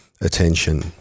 attention